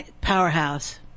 Powerhouse